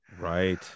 Right